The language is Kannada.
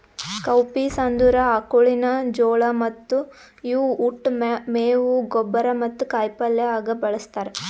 ಕೌಪೀಸ್ ಅಂದುರ್ ಆಕುಳಿನ ಜೋಳ ಮತ್ತ ಇವು ಉಟ್, ಮೇವು, ಗೊಬ್ಬರ ಮತ್ತ ಕಾಯಿ ಪಲ್ಯ ಆಗ ಬಳ್ಸತಾರ್